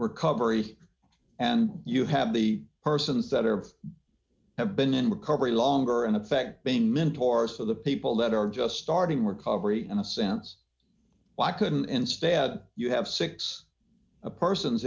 recovery and you have the persons that are have been in recovery longer in effect being mentors for the people that are just starting recovery in a sense why couldn't instead you have six person